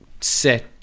set